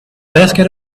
basket